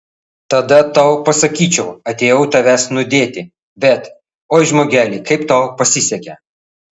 tada tau pasakyčiau atėjau tavęs nudėti bet oi žmogeli kaip tau pasisekė